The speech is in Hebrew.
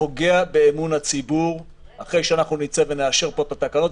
פוגע באמון הציבור אחרי שנצא ונאשר פה את התקנות,